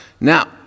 Now